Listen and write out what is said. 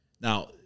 Now